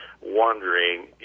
wondering